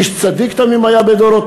איש צדיק תמים היה בדורותיו,